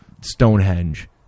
Stonehenge